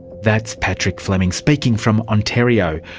that's patrick fleming, speaking from ontario.